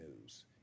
news